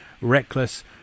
reckless